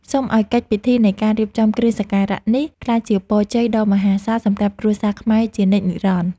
សូមឱ្យកិច្ចពិធីនៃការរៀបចំគ្រឿងសក្ការៈនេះក្លាយជាពរជ័យដ៏មហាសាលសម្រាប់គ្រួសារខ្មែរជានិច្ចនិរន្តរ៍។